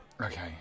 Okay